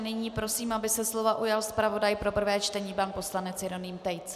A nyní prosím, aby se slova ujal zpravodaj pro prvé čtení pan poslanec Jeroným Tejc.